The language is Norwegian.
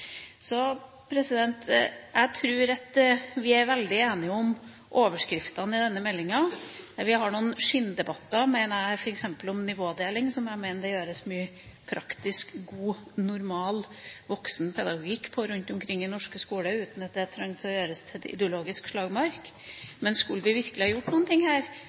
Jeg tror at vi er veldig enige om overskriftene i denne meldinga. Vi har noen skinndebatter, mener jeg, f.eks. om nivådeling, som jeg mener det gjøres mye praktisk, god, normal voksen pedagogikk på rundt omkring i norske skoler, uten at en trenger å gjøre det til en ideologisk slagmark. Men skulle vi virkelig ha gjort noe her,